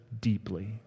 deeply